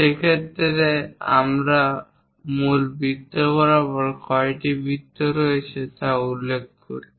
সেক্ষেত্রে আমরা মূল বৃত্ত বরাবর কয়টি বৃত্ত রয়েছে তা উল্লেখ করি